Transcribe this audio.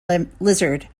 lizard